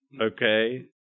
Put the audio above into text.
okay